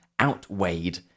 outweighed